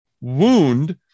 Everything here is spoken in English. wound